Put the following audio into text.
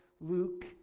Luke